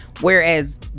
whereas